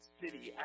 city